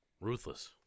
Ruthless